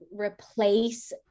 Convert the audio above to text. replace